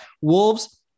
Wolves